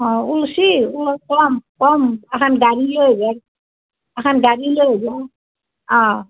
অঁ ওলচি কম কম এখন গাড়ী লৈ আইভা এখন গাড়ী লৈ আইভা অঁ